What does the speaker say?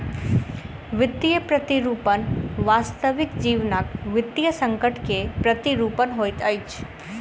वित्तीय प्रतिरूपण वास्तविक जीवनक वित्तीय संकट के प्रतिरूपण होइत अछि